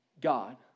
God